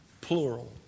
plural